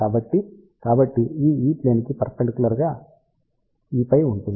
కాబట్టి కాబట్టి ఈ E ప్లేన్ కి పర్పెండిక్యులర్ గా Eφ ఉంటుంది φ 900 ప్లేన్